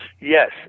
Yes